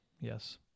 Yes